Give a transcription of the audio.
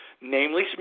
namely